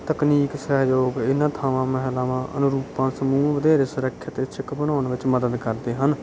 ਤਕਨੀਕ ਸਹਿਯੋਗ ਇਹਨਾਂ ਥਾਵਾਂ ਮਹਿਲਾਵਾਂ ਅਨੁਰੂਪਾਂ ਸਮੂਹ ਵਧੇਰੇ ਸੁਰੱਖਿਅਤ ਇੱਛੁਕ ਬਣਾਉਣ ਵਿੱਚ ਮਦਦ ਕਰਦੇ ਹਨ